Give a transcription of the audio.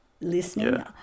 listening